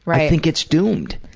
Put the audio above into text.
i think it's doomed.